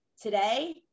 today